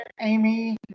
Amy